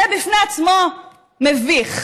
זה בפני עצמו מביך.